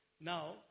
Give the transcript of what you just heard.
Now